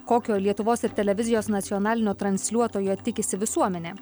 kokio lietuvos ir televizijos nacionalinio transliuotojo tikisi visuomenė